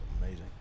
amazing